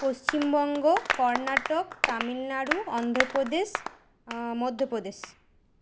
Paschimbanga Karnataka Tamil Nadu Andhra Pradesh Madhya Pradesh